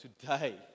today